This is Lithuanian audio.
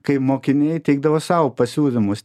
kai mokiniai teikdavo savo pasiūlymus